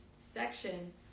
section